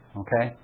okay